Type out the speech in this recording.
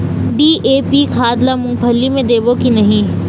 DAP खाद ला मुंगफली मे देबो की नहीं?